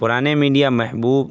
پرانے میڈیا محدود